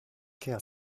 care